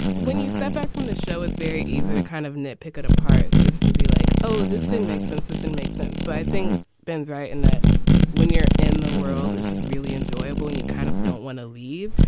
when you step back from this show, it's very easy to kind of nit pick it apart just to be like, oh, this didn't make sense. it didn't make sense but i think ben's right in that when you're in the world, it's just really enjoyable and you kind of don't want to leave.